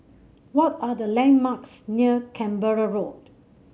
what are the landmarks near Canberra Road